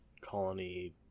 Colony